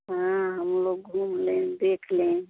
हाँ हम लोग घूम लें देख लें